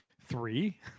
Three